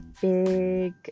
big